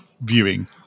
viewing